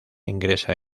ingresa